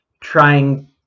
trying